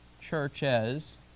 churches